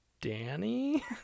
Danny